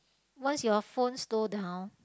once your phone slow down